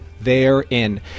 therein